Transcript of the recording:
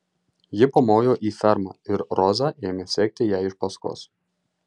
ji pamojo į fermą ir roza ėmė sekti jai iš paskos